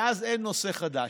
ואז אין נושא חדש.